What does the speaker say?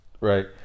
Right